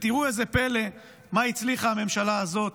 ותראו איזה פלא, מה הצליחה הממשלה הזאת